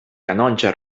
canonge